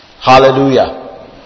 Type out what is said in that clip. Hallelujah